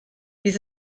fydd